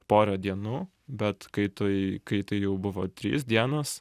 porą dienų bet kai tai kai tai jau buvo trys dienos